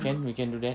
can we can do that